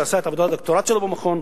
שעשה את עבודת הדוקטורט שלו במכון,